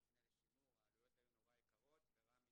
המבנה לשימור והעלויות היו מאוד יקרות ורמ"י